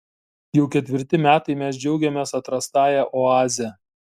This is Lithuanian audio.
jau ketvirti metai mes džiaugiamės atrastąja oaze